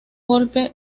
golpe